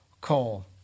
call